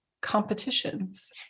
competitions